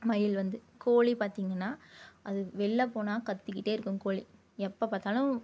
மயில் வந்து கோழி பார்த்தீங்கன்னா அது வெளியில் போனால் கத்திக்கிட்டே இருக்கும் கோழி எப்போ பார்த்தாலும்